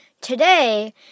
today